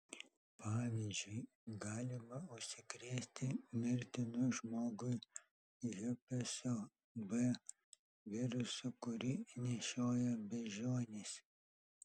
pavyzdžiui galima užsikrėsti mirtinu žmogui herpeso b virusu kurį nešioja beždžionės